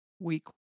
week